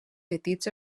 petits